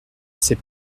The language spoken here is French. sais